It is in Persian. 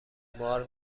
مار